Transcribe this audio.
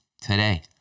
Today